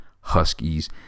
Huskies